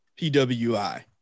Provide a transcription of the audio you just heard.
PWI